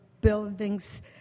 buildings